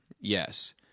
Yes